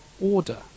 order